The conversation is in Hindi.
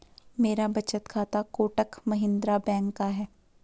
मेरा बचत खाता कोटक महिंद्रा बैंक का है